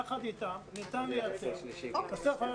יחד איתה ניתן לייצר פתרון.